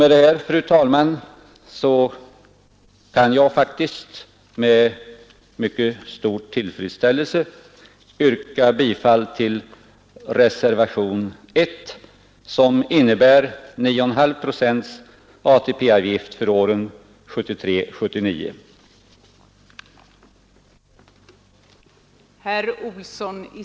Med det anförda, fru talman, kan jag faktiskt med mycket stor tillfredsställelse yrka bifall till reservationen 1, som innebär att ATP-avgiften för perioden 1973—1979 fastställs till 9,5 procent.